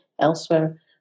elsewhere